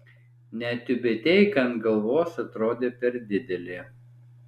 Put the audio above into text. net tiubeteika ant galvos atrodė per didelė